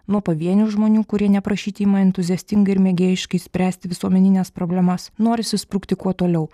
nuo pavienių žmonių kurie neprašyti ima entuziastingai ir mėgėjiškai spręsti visuomenines problemas norisi sprukti kuo toliau